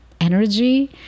energy